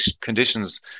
conditions